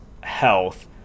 health